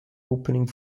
opening